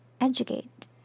educate